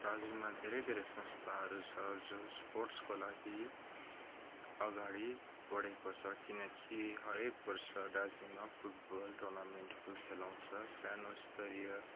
दार्जीलिङमै धेरै धेरै संस्थाहरू छ जो स्पोर्ट्सको लागि अगाडि बढेको छ किनकि हरेक वर्ष दार्जिलिङमा फुटबल टोर्नामेन्टहरू खेलाउँछ सानो स्तरीय